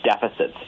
deficits